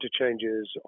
interchanges